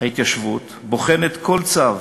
ההתיישבות בוחנת כל צו